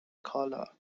کالا